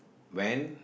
when